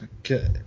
Okay